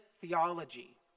theology